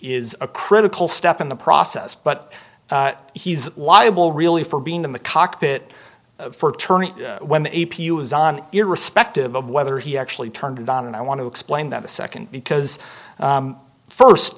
is a critical step in the process but he's liable really for being in the cockpit for turning when the a p irrespective of whether he actually turned it on and i want to explain that a second because first